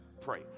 pray